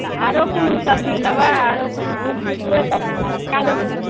तऽ आओर कोनो सबजी लेबै आओर कोनो सबजी लेबै तऽ पहुँचै देबै